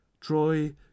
troy